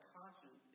conscience